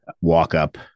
walk-up